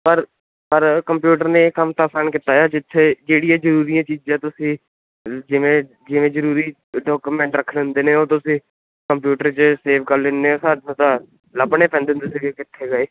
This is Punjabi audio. ਪਰ ਪਰ ਕੰਪਿਊਟਰ ਨੇ ਕੰਮ ਤਾਂ ਅਸਾਨ ਕੀਤਾ ਇਆ ਜਿੱਥੇ ਜਿਹੜੀਆਂ ਜਰੂਰੀਆਂ ਚੀਜਾਂ ਤੁਸੀਂ ਜਿਵੇਂ ਜਿਵੇਂ ਜਰੂਰੀ ਡੋਕੂਮੈਂਟ ਰੱਖਣੇ ਹੁੰਦੇ ਨੇ ਉਹ ਤੁਸੀਂ ਕੰਪਿਊਟਰ 'ਚ ਸੇਵ ਕਰ ਲੈਨੇ ਐ ਸਾਨੂੰ ਤਾਂ ਲੱਭਣੇ ਪੈਂਦੇ ਹੁੰਦੇ ਸੀਗੇ ਕਿੱਥੇ ਗਏ